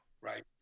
Right